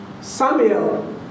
Samuel